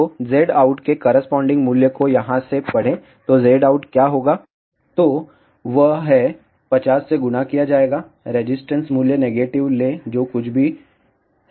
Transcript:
तो Zout के corresponding मूल्य को यहाँ से पढ़ेंतो Zout क्या होगा तो वह है 50 से गुणा किया जाएगा रेजिस्टेंस मूल्य नेगेटिव ले जो कुछ भी है